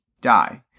die